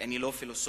ואני לא פילוסוף